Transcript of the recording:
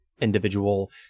individual